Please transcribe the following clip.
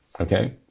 Okay